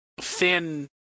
thin